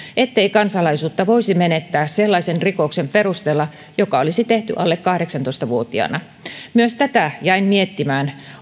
ettei kansalaisuutta voisi menettää sellaisen rikoksen perusteella joka olisi tehty alle kahdeksantoista vuotiaana myös tätä jäin miettimään